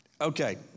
Okay